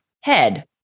head